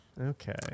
okay